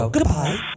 Goodbye